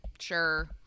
Sure